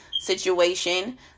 situation